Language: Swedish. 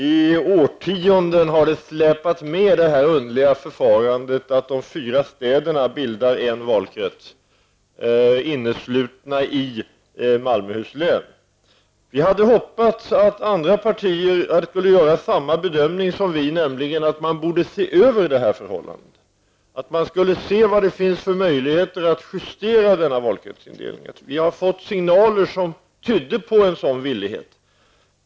I årtionden har det underliga förfarandet att de fyra städerna i fyrstadskretsen bildar en valkrets innesluten i Malmöhus län släpat kvar. Vi hade hoppats att andra partier skulle göra samma bedömning som moderata samlingspartiet, nämligen att man borde se över detta förhållande och undersöka vilka möjligheter det finns att justera denna valkretsindelning. Vi har fått signaler som tydde på en sådan villighet.